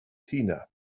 tina